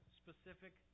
specific